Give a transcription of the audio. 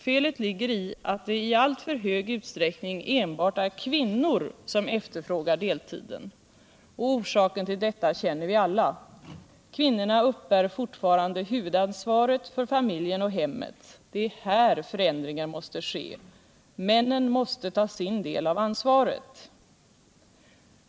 Felet ligger i att det i alltför stor utsträckning enbart är kvinnor som efterfrågar deltiden. Orsaken till detta känner vi alla till. Kvinnorna uppbär fortfarande huvudansvaret för familjen och hemmet. Det är här förändringen måste ske. Männen måste ta sin del av unsvaret.